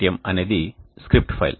m అనేది script file